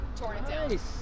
Nice